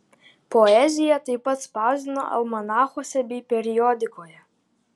poeziją taip pat spausdino almanachuose bei periodikoje